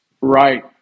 right